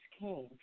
came